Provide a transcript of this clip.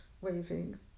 waving